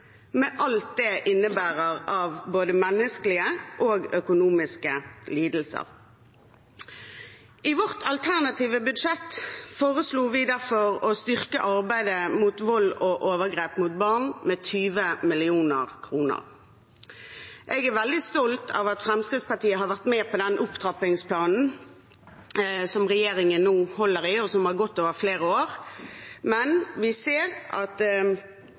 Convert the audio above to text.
med alt det innebærer av både menneskelige og økonomiske lidelser. I vårt alternative budsjett foreslo vi derfor å styrke arbeidet mot vold og overgrep mot barn, med 20 mill. kr. Jeg er veldig stolt av at Fremskrittspartiet har vært med på den opptrappingsplanen som regjeringen nå holder i, og som har gått over flere år, men vi ser at